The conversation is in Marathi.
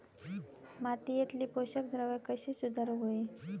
मातीयेतली पोषकद्रव्या कशी सुधारुक होई?